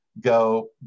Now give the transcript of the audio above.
go